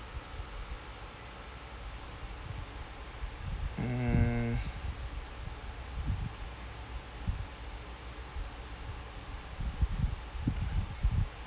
mm